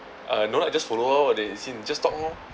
uh no lah just follow orh what they scene just talk lor